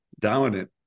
dominant